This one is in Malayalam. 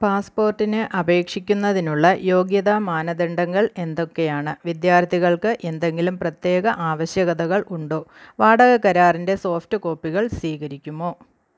പാസ്പോർട്ടിന് അപേക്ഷിക്കുന്നതിനുള്ള യോഗ്യതാ മാനദണ്ഡങ്ങൾ എന്തൊക്കെയാണ് വിദ്യാർത്ഥികൾക്ക് എന്തെങ്കിലും പ്രത്യേക ആവശ്യകതകൾ ഉണ്ടോ വാടക കരാറിൻ്റെ സോഫ്റ്റ് കോപ്പികൾ സ്വീകരിക്കുമോ